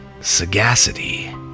sagacity